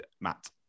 Matt